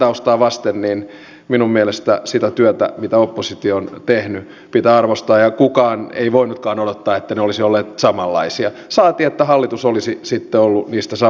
tätäkin taustaa vasten minun mielestäni sitä työtä mitä oppositio on tehnyt pitää arvostaa ja kukaan ei voinutkaan odottaa että ne olisivat olleet samanlaisia saati että hallitus olisi sitten ollut niistä samaa mieltä